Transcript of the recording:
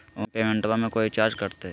Online पेमेंटबां मे कोइ चार्ज कटते?